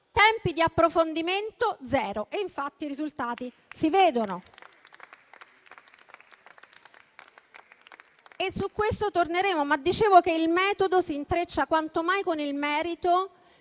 tempi di approfondimento, zero. Infatti, i risultati si vedono. Su questo torneremo, ma dicevo che il metodo si intreccia quanto mai con il merito,